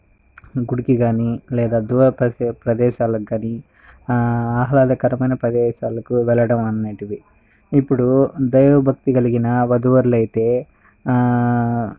గుడికి కానీ లేదా దూర ప్రదేశాలకు కానీ ఆహ్లాదకరమైన ప్రదేశాలకు వెళ్ళడం అనేవి ఇప్పుడు దైవ భక్తి కలిగిన వధూవరులు అయితే